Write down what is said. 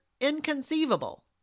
inconceivable